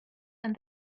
and